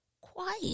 quiet